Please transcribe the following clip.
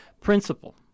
Principle